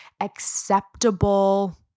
acceptable